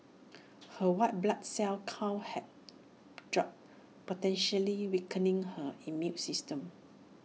her white blood cell count had dropped potentially weakening her immune system